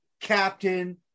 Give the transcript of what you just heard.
captain